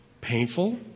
painful